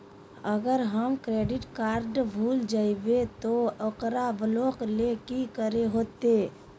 अगर हमर credit card भूल जइबे तो ओकरा ब्लॉक लें कि करे होते?